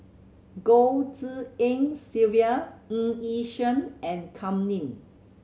Goh Tshin En Sylvia Ng Yi Sheng and Kam Ning